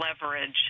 leverage